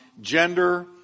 gender